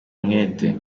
umwete